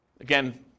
Again